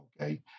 okay